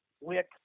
Wick